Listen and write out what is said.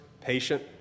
patient